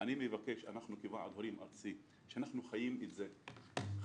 אנחנו כוועד הורים ארצי שאנחנו חיים את החינוך,